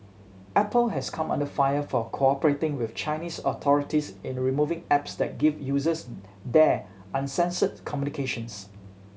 Apple has come under fire for cooperating with Chinese authorities in removing apps that give users there uncensored communications